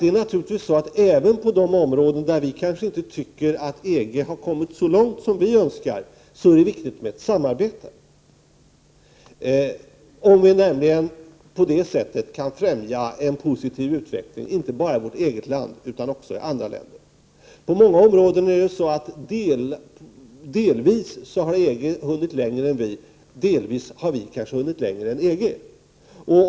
Det är naturligtvis så, att även på de områden där vi kanske inte tycker att EG har kommit så långt som vi önskar, är det viktigt med ett samarbete för att på det sättet främja en positiv utveckling, inte bara i vårt eget land utan också i andra länder. På många områden har EG delvis hunnit längre än vi, delvis har vi på andra områden kanske hunnit längre än EG.